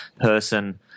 person